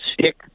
Stick